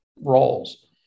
roles